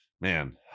man